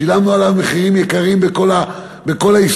שילמנו עליו מחירים יקרים בכל ההיסטוריה.